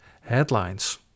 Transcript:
headlines